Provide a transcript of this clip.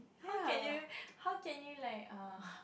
how can you how can you like err